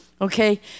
okay